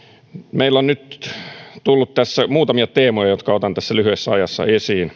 meillä on nyt tullut tässä muutamia teemoja jotka otan tässä lyhyessä ajassa